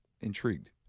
Intrigued